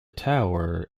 tower